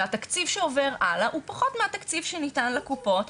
והתקציב שעובר הלאה הוא פחות מהתקציב שניתן לקופות.